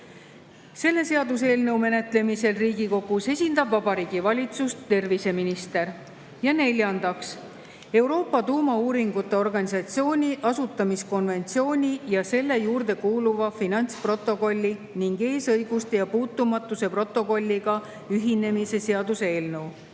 Selle seaduseelnõu menetlemisel Riigikogus esindab Vabariigi Valitsust terviseminister. Ja neljandaks, Euroopa Tuumauuringute Organisatsiooni asutamiskonventsiooni ja selle juurde kuuluva finantsprotokolli ning eesõiguste ja puutumatuse protokolliga ühinemise seaduse eelnõu.